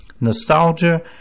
Nostalgia